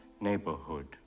neighborhood